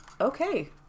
Okay